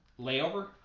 layover